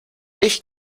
ich